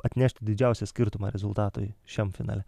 atnešti didžiausią skirtumą rezultatui šiam finale